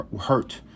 hurt